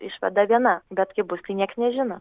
išvada viena bet kaip bus tai nieks nežino